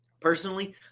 Personally